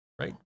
Right